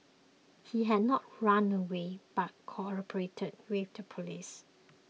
he had not run away but cooperated with the police